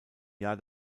jahr